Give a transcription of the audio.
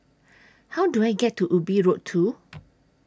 How Do I get to Ubi Road two